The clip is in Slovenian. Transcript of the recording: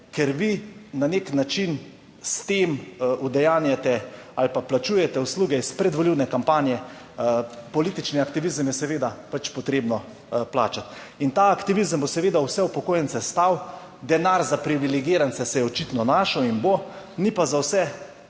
ker vi na nek način s tem udejanjate ali pa plačujete usluge iz predvolilne kampanje. Politični aktivizem je seveda potrebno plačati in ta aktivizem bo seveda vse upokojence stal. Denar za privilegirance se je očitno našel in bo, ni pa za vse